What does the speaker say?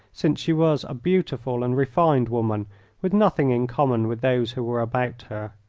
since she was a beautiful and refined woman with nothing in common with those who were about her.